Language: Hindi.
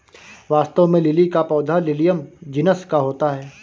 वास्तव में लिली का पौधा लिलियम जिनस का होता है